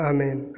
Amen